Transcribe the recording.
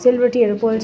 सेलरोटीहरू पोल्छ